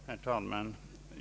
Herr talman!